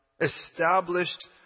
established